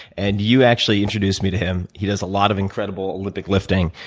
and you actually introduced me to him. he does a lot of incredible olympic lifting.